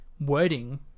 wording